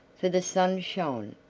for the sun shone,